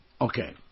Okay